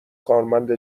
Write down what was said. کارمند